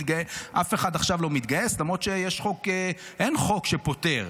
אף אחד עכשיו לא מתגייס, למרות שאין חוק שפוטר.